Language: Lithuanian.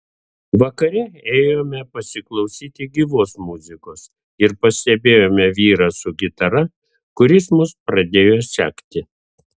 vakare ėjome pasiklausyti gyvos muzikos ir pastebėjome vyrą su gitara kuris mus pradėjo sekti